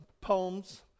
poems